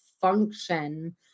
function